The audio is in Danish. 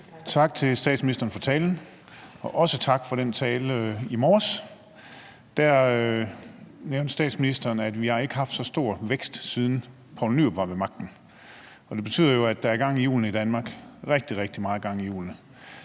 Tak til statsministeren for talen, og også tak for den tale i morges, hvor statsministeren nævnte, at vi ikke har haft så stor vækst, siden Poul Nyrup Rasmussen var ved magten. Det betyder jo, at der er gang i hjulene i Danmark – rigtig, rigtig meget gang i hjulene.